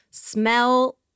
smell